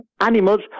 animals